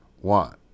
One